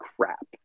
crap